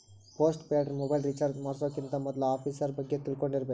post paid mobile recharge ಮಾಡ್ಸೋಕ್ಕಿಂತ ಮೊದ್ಲಾ offers ಬಗ್ಗೆ ತಿಳ್ಕೊಂಡಿರ್ಬೇಕ್